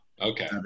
Okay